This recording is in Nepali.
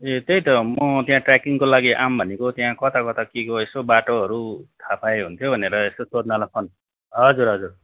ए त्यही त म त्यहाँ ट्रेकिङको लागि आउँ भनेको त्यहाँ कताकता के के हो यसो बाटोहरू थाहा पाए हुन्थ्यो भनेर यसो सोध्नलाई फोन हजुर हजुर